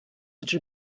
such